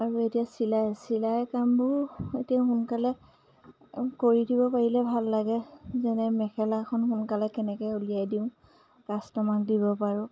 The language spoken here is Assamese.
আৰু এতিয়া চিলাই চিলাই কামবোৰো এতিয়া সোনকালে কৰি দিব পাৰিলে ভাল লাগে যেনে মেখেলাখন সোনকালে কেনেকৈ উলিয়াই দিওঁ কাষ্টমাৰক দিব পাৰোঁ